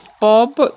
bob